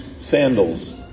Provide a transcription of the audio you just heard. sandals